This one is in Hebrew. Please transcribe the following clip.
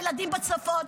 הילדים בצפון,